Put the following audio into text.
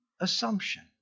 assumption